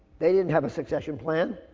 they didn't have a succession plan.